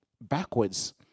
backwards